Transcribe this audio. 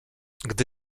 gdy